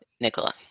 Nicola